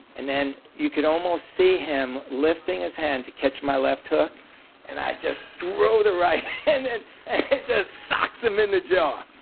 and then you could almost see him lifting his hand to catch my left hook and i just throw the right hand and it just socks him in the jaw.